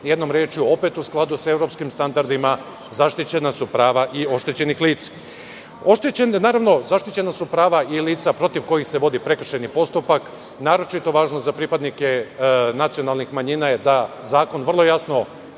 jednom rečju, opet u skladu sa evropskim standardima, zaštićena su i prava oštećenih lica. Naravno, zaštićena su i prava lica protiv kojih se vodi prekršajni postupak, naročito važno za pripadnike nacionalnih manjina je da zakon vrlo jasno